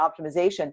optimization